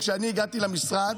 כשאני הגעתי למשרד,